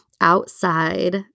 outside